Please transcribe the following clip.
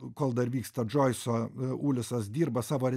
kol dar vyksta džoiso ulisas dirba savo